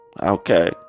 Okay